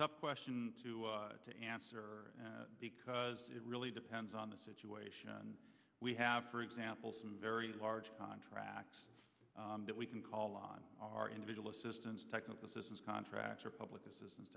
tough question to answer because it really depends on the situation and we have for example some very large contracts that we can call on our individual assistance technical assistance contracts or public assistance